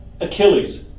Achilles